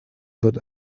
wird